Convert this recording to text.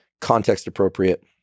context-appropriate